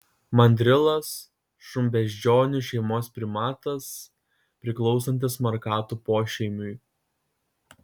mandrilas šunbeždžionių šeimos primatas priklausantis markatų pošeimiui